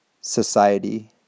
society